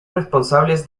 responsables